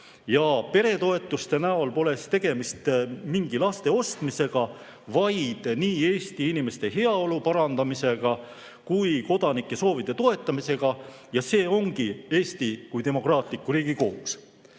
Ja peretoetuste puhul pole siis tegemist mingi laste ostmisega, vaid nii Eesti inimeste heaolu parandamisega kui ka kodanike soovide toetamisega, ja see ongi Eesti kui demokraatliku riigi kohus.